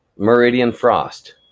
meridian frost,